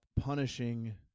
punishing